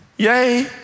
Yay